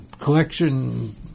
collection